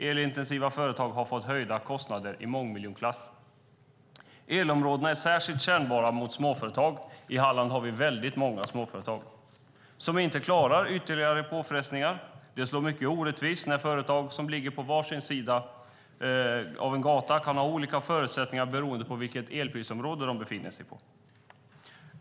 Elintensiva företag har fått höjda kostnader i mångmiljonklassen. Elområdena är särskilt kännbara för småföretag. I Halland har vi väldigt många småföretag som inte klarar ytterligare påfrestningar. Det slår mycket orättvist när företag som ligger på var sin sida av en gata kan ha olika förutsättningar beroende på vilket elprisområde de befinner sig i.